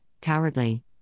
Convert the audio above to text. cowardly